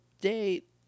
date